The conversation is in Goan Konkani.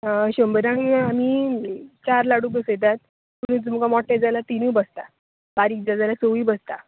शंबरांक आमी चार लाडू बसयतात पूण तुमका मोटे जाय जाल्यार तीनूय बसता बारीक जाय जाल्यार सवूय बसता